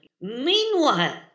Meanwhile